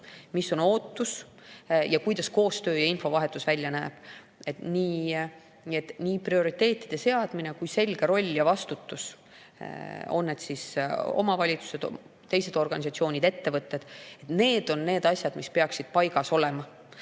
on ootus ning kuidas koostöö ja infovahetus välja näevad. Nii prioriteetide seadmine kui ka selge roll ja vastutus – on need siis omavalitsused, teised organisatsioonid, ettevõtted – on need asjad, mis peaksid paigas olema.